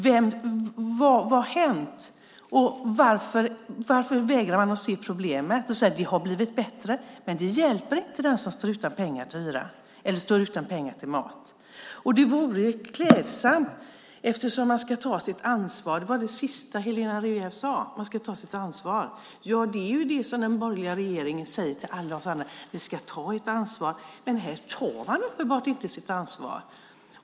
Vad har hänt? Varför vägrar man att se problemet och säger att det har blivit bättre? Det hjälper inte den som står utan pengar till hyran eller står utan pengar till mat. Man ska ta sitt ansvar. Det var det sista Helena Rivière sade. Det är det som den borgerliga regeringen säger till alla oss andra: Ni ska ta ert ansvar. Men här tar man uppenbart inte sitt ansvar.